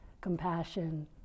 compassion